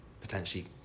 potentially